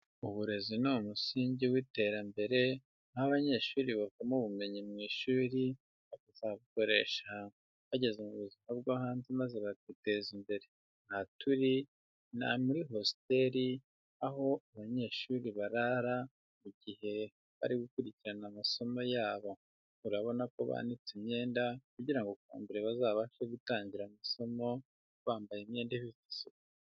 Uburezi ni umusingi w'iterambere, aho abanyeshuri bavoma ubumenyi mu ishuri, bakazabukoresha bageze mu buzima bwo hanze, maze bakiteza imbere, aha turi ni muri hositeri aho abanyeshuri barara mu gihe bari gukurikirana amasomo yabo, urabona ko bananitse imyenda, kugira ngo ku wa mbere bazabashe gutangira amasomo, bambaye imyenda ifite isuku.